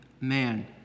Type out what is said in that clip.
man